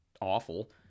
awful